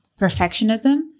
perfectionism